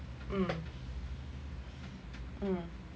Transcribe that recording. mm mm